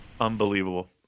Unbelievable